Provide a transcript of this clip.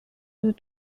deux